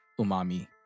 umami